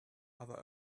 other